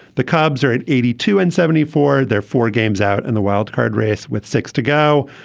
the cubs are at eighty two and seventy four their four games out in the wildcard race with six to go.